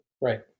right